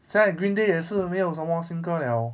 现在 green day 也是没有什么新歌 liao